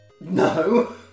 No